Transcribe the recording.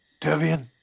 Devian